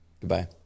Goodbye